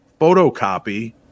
photocopy